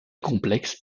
complexe